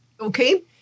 Okay